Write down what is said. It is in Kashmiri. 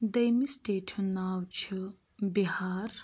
دۄیِمہِ سِٹیٹہِ ہُنٛد ناو چھُ بِہار